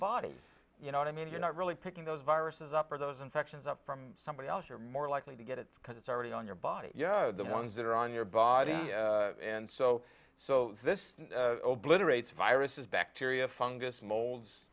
body you know what i mean you're not really picking those viruses up or those infections up from somebody else you're more likely to get it because it's already on your body you know the ones that are on your body and so so this obiter rates viruses bacteria fungus mol